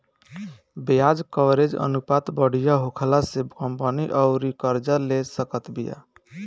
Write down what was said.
ब्याज कवरेज अनुपात बढ़िया होखला से कंपनी अउरी कर्जा ले सकत बिया